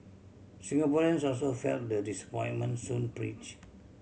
Singaporeans also felt the disappointment soon preach